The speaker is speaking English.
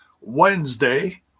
Wednesday